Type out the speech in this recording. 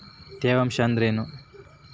ತೇವಾಂಶ ಅಂದ್ರೇನು?